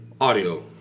audio